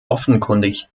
offenkundig